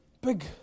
big